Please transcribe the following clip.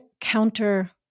counter